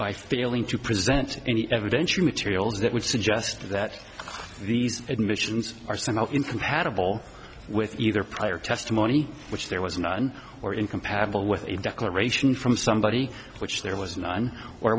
by failing to present any evidence you materials that would suggest that these admissions are somehow incompatible with either prior testimony which there was none or incompatible with a declaration from somebody in which there was none or